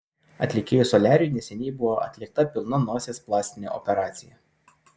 atlikėjui soliariui neseniai buvo atlikta pilna nosies plastinė operacija